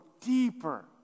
deeper